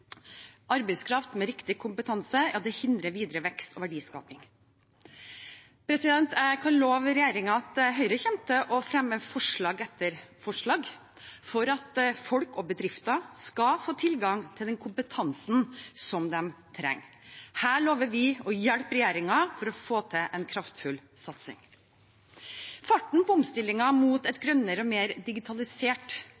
arbeidskraft med riktig kompetanse hindrer videre vekst og verdiskaping. Jeg kan love regjeringen at Høyre kommer til å fremme forslag etter forslag for at folk og bedrifter skal få tilgang til den kompetansen de trenger. Her lover vi å hjelpe regjeringen for å få til en kraftfull satsing. Farten på omstillingen mot et